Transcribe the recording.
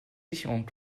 sicherung